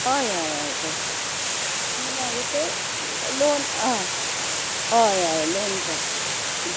हय हय हय करता म्हूण मागीर ते लोन हय हय हय लोन काड